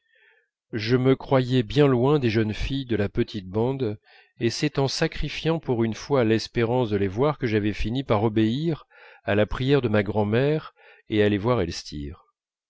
je me croyais bien loin des jeunes filles de la petite bande et c'est en sacrifiant pour une fois l'espérance de les voir que j'avais fini par obéir à la prière de ma grand'mère et aller voir